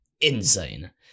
insane